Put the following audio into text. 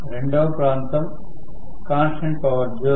రెండవ ప్రాంతం constant power zone